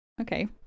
Okay